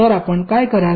तर आपण काय कराल